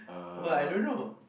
!wah! I don't know